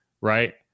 right